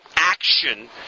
Action